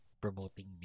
promoting